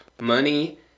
money